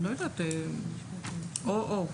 או-או.